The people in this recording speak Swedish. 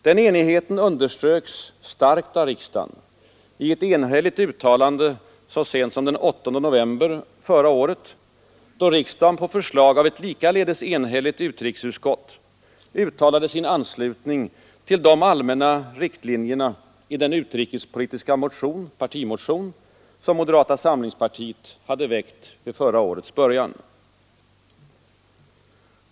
Den enigheten underströks starkt av riksdagen i ett enhälligt uttalande så sent som den 8 november förra året, 25 då riksdagen på förslag av ett likaledes enhälligt utrikesutskott uttalade sin anslutning till de allmänna riktlinjerna i den utrikespolitiska partimotion som moderata samlingspartiet hade väckt vid årets början.